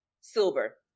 silver